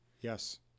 yes